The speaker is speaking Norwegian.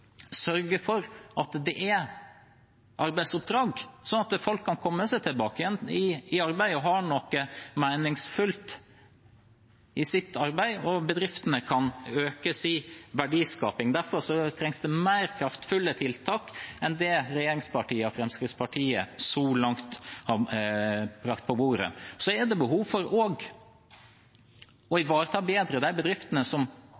sørge for at det er arbeidsoppdrag, sånn at folk kan komme seg tilbake i arbeid, ha noe meningsfullt i arbeidet, og at bedriftene kan øke sin verdiskaping. Derfor trengs det mer kraftfulle tiltak enn regjeringspartiene og Fremskrittspartiet så langt har lagt på bordet. Det er også behov for bedre å ivareta de bedriftene som